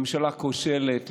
ממשלה כושלת,